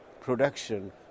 production